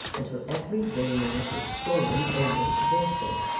until every vein in it was swollen almost to bursting.